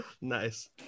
Nice